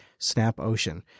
SNAPOcean